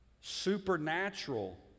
supernatural